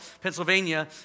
Pennsylvania